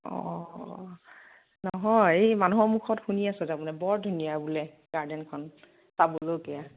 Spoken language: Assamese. নহয় এই মানুহৰ মুখত শুনি আছোঁ তাৰ মানে বৰ ধুনীয়া বোলে গাৰ্ডেনখন চাবলগীয়া